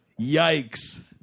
Yikes